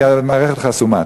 כי המערכת חסומה.